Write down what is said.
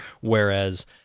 whereas